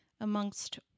amongst